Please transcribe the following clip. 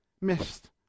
missed